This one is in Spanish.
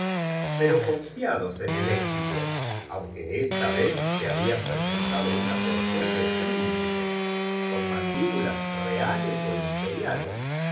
pero confiados en el éxito auncarla que esta vez se hablan presentado una el rey estaba desesperado resolvió dar porción de príncipes con mandíbulas reaun golpe de efec los ó imperiales